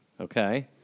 Okay